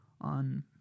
on